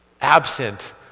absent